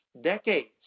decades